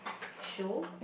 shoe